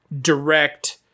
direct